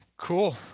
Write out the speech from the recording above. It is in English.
Cool